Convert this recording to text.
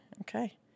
Okay